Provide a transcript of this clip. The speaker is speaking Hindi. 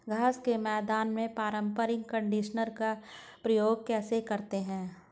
घास के मैदान में पारंपरिक कंडीशनर का प्रयोग कैसे करते हैं?